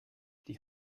die